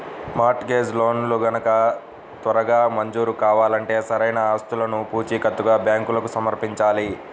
mart gauge లోన్లు గనక త్వరగా మంజూరు కావాలంటే సరైన ఆస్తులను పూచీకత్తుగా బ్యాంకులకు సమర్పించాలి